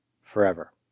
forever